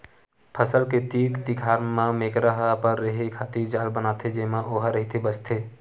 फसल के तीर तिखार म मेकरा ह अपन रेहे खातिर जाल बनाथे जेमा ओहा रहिथे बसथे